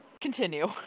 Continue